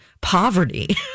poverty